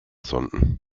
sonden